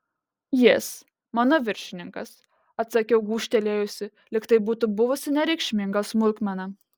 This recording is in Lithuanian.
jis mano viršininkas atsakiau gūžtelėjusi lyg tai būtų buvusi nereikšminga smulkmena